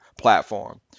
platform